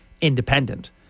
independent